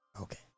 Okay